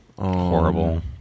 horrible